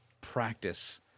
practice